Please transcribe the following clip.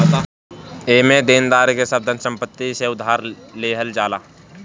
एमे देनदार के सब धन संपत्ति से उधार लेहल जाला